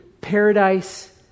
paradise